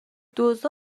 دزدا